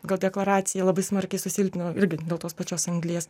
gal deklaraciją labai smarkiai susilpnino irgi dėl tos pačios anglies